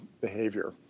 behavior